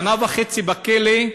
שנה וחצי בכלא,